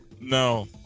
No